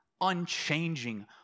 unchanging